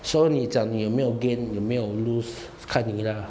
so 你讲有没有 gain 有没有 lost 看你啦